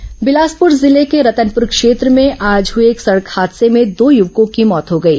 दूर्घटना बिलासपुर जिले के रतनपुर क्षेत्र में आज हुए एक सड़क हादसे में दो युवकों की मौत हो गई